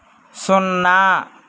సున్నా